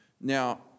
Now